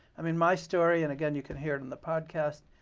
i mean, my story and again, you can hear it in the podcast.